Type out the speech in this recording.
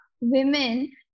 women